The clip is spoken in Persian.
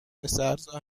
پسرزا